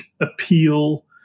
appeal